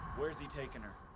where's he taking her?